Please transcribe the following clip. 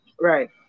Right